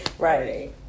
right